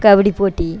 kabaddi children-talking